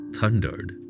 thundered